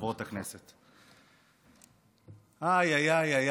וחברות הכנסת, איי, איי, איי,